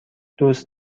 دوست